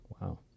Wow